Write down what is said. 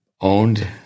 owned